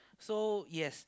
so yes